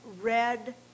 red